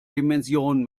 dimension